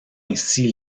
ainsi